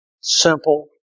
Simple